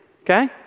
okay